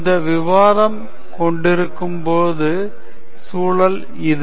இந்த விவாதம் கொண்டிருக்கும் பொது சூழல் இது